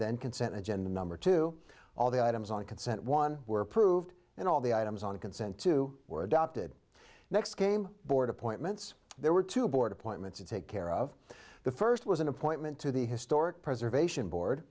then consent agenda number two all the items on consent one were approved and all the items on a consent to were adopted next came board appointments there were two board appointments to take care of the first was an appointment to the historic preservation board